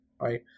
right